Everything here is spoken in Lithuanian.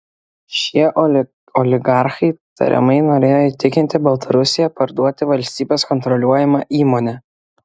šie oligarchai tariamai norėjo įtikinti baltarusiją parduoti valstybės kontroliuojamą įmonę